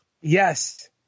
Yes